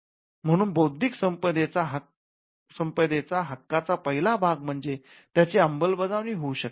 म्हणून बौद्धिक संपदेचा हक्काचा पहिला भाग म्हणजे त्याची अंमलबजावणी होऊ शकते